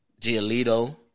Giolito